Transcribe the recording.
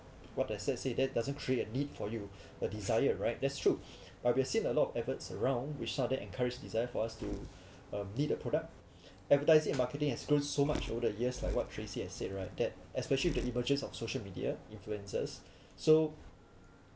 what does that say that doesn't create a need for you a desire right that's true but we've seen a lot of adverts around which started encourage desire for us to um need a product advertising and marketing has grown so much over the years like what tracy has said right that especially with the emergence of social media influencers so